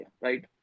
right